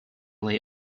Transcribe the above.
lay